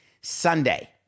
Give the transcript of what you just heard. Sunday